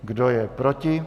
Kdo je proti?